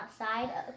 outside